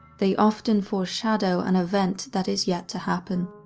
they often foreshadow an event that is yet to happen.